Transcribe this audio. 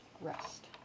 Rest